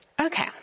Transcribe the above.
Okay